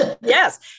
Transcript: yes